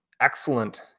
excellent